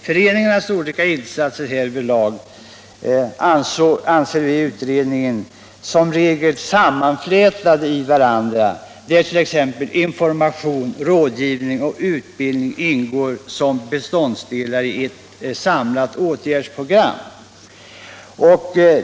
Föreningarnas olika insatser härvidlag anser vi i utredningen som regel vara sammanflätade i varandra, varvid t.ex. information, rådgivning och utbildning ingår som beståndsdelar i ett samlat åtgärdsprogram.